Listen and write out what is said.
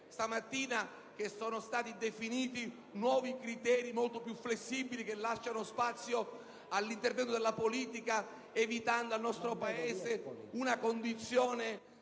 stamattina che sono stati definiti nuovi criteri molto più flessibili, che lasciano spazio all'intervento della politica evitando al nostro Paese una condizione